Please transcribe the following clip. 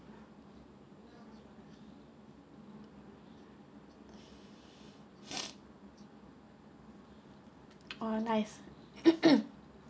oh nice